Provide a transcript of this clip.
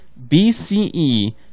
BCE